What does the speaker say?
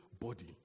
body